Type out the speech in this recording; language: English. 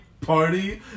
party